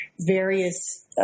various